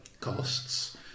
costs